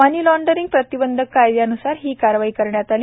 मनी laundering प्रतिबंधक कायद्यान्सार ही कारवाई करण्यात आली